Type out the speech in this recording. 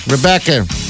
Rebecca